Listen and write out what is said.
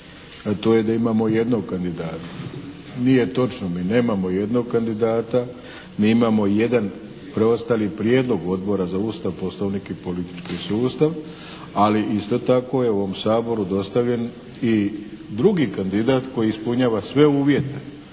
to je da imamo jednog kandidata. Nije točno, mi nemamo jednog kandidata. Mi imamo jedan preostali prijedlog Odbora za Ustav, Poslovnik i politički sustav, ali isto tako je ovom Saboru dostavljen i drugi kandidat koji ispunjava sve uvjete